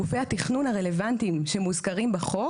גופי התכנון הרלוונטיים שמוזכרים בחוק,